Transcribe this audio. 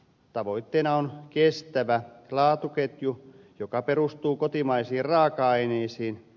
tavoitteena on kestävä laatuketju joka perustuu kotimaisiin raaka aineisiin